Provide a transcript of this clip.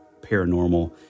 paranormal